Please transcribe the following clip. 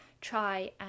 try